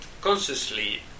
consciously